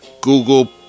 Google